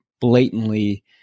blatantly